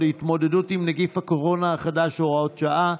להתמודדות עם נגיף הקורונה החדש (הוראת שעה)